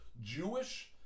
Jewish